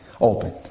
open